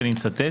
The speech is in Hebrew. ואני מצטט: